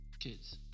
kids